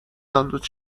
دانلود